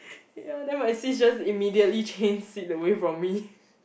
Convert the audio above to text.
ya then my sis just immediately change seat away from me